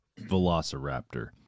velociraptor